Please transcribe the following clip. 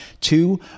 Two